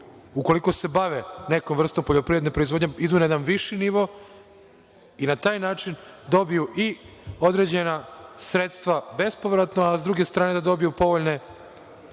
ukoliko se bave nekom vrstom poljoprivredne proizvodnje, idu na neki viši nivo i na taj način dobiju i određena sredstva bespovratno, a s druge strane da dobiju povoljne